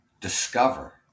discover